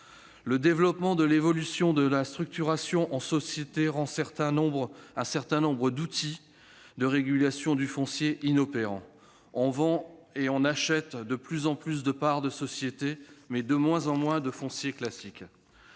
Le développement de l'évolution de la structuration en société rend, dans un certain nombre de cas, les outils de régulation du foncier inopérants. On vend et on achète de plus en plus de parts de société, mais de moins en moins de foncier classique.